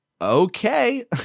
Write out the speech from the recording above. okay